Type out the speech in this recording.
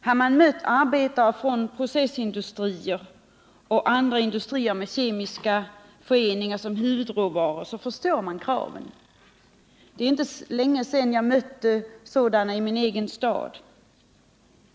Har man mött arbetare i processindustri och i andra industrier med kemiska föreningar som huvudråvaror förstår man kraven. Det är inte länge sedan jag mötte sådana i min egen stad.